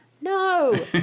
no